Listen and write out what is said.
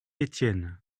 etienne